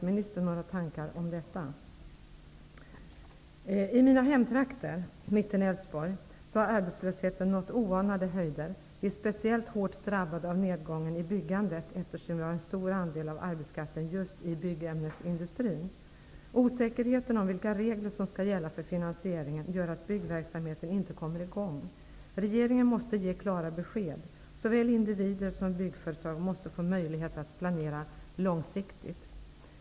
I mina hemtrakter, Mittenälvsborg, har arbetslösheten nått oanade höjder. Vi är speciellt hårt drabbade av nedgången i byggandet, eftersom vi har en stor andel av arbetskraften just i byggämnesindustrin. Osäkerheten om vilka regler som skall gälla för finansieringen gör att byggverksamheten inte kommer i gång. Regeringen måste ge klara besked. Såväl individer som byggföretag måste få möjlighet att planera långsiktigt.